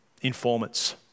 informants